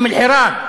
אום-אלחיראן,